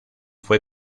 fue